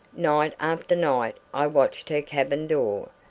night after night i watched her cabin door.